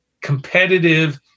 competitive –